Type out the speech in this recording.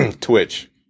Twitch